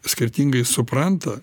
skirtingai supranta